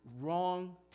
wrong